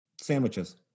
Sandwiches